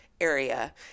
area